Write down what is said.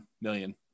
million